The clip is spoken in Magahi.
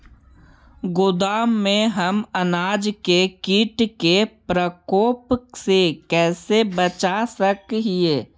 गोदाम में हम अनाज के किट के प्रकोप से कैसे बचा सक हिय?